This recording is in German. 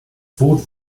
boot